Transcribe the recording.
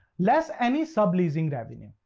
less any subleasing revenues.